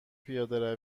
پیاده